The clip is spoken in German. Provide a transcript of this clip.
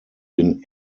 den